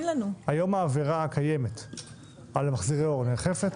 היום העבירה הקיימת על מחזירי אור נאכפת?